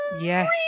Yes